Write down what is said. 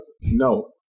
no